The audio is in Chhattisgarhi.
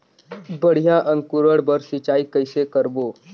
बढ़िया अंकुरण बर सिंचाई कइसे करबो?